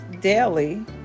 daily